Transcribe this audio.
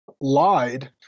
lied